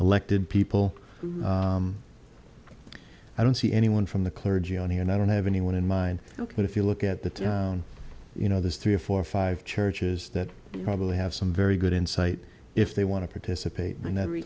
elected people who i don't see anyone from the clergy on here and i don't have anyone in mind ok but if you look at the you know there's three or four or five churches that probably have some very good insight if they want to participate in